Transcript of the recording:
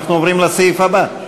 אנחנו עוברים לסעיף הבא,